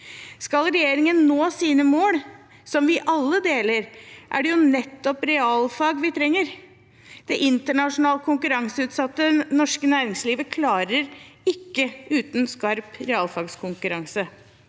Skal regjeringen nå sine mål, som vi alle deler, er det jo nettopp realfag vi trenger. Det internasjonalt konkurranseutsatte norske næringslivet klarer seg ikke uten skarp realfagskompetanse.